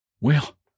Well